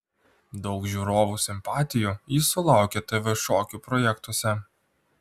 daug žiūrovų simpatijų jis sulaukė tv šokių projektuose